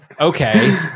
Okay